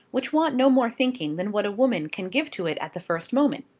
which want no more thinking than what a woman can give to it at the first moment.